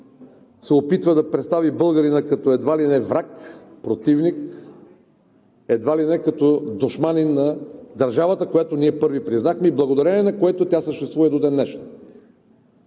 се опитва да представи българина като едва ли не враг, противник, едва ли не като душманин на държавата, която ние първи признахме и благодарение на което тя съществува до ден днешен.